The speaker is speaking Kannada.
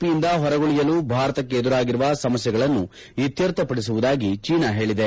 ಪಿ ಯಿಂದ ಹೊರಗುಳಿಯಲು ಭಾರತಕ್ಕೆ ಎದುರಾಗಿರುವ ಸಮಸ್ಯೆಗಳನ್ನು ಇತ್ಯರ್ಥ ಪದಿಸುವುದಾಗಿ ಚೀನಾ ಹೇಳಿದೆ